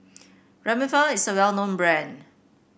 Remifemin is a well known brand